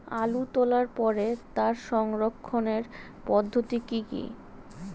আলু তোলার পরে তার সংরক্ষণের পদ্ধতি কি কি?